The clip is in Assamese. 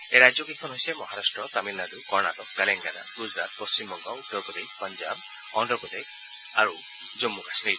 এই ৰাজ্যকেইখন হৈছে মহাৰাট্ট তামিলনাডু কৰ্ণাটক তেলেংগানা গুজৰাট পশ্চিমবংগ উত্তৰ প্ৰদেশ পাঞ্জাৱ অন্ধপ্ৰদেশ আৰু জম্মু আৰু কাশ্মীৰ